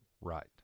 Right